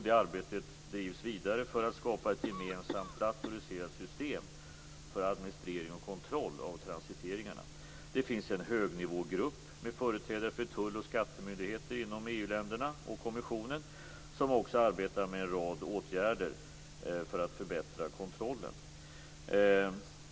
Det arbetet drivs vidare för att skapa ett gemensamt datoriserat system för administrering och kontroll av transiteringarna. Det finns en högnivågrupp med företrädare för tull och skattemyndigheter inom EU länderna som tillsammans med kommissionen arbetar med en rad åtgärder för att förbättra kontrollen.